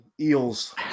Eels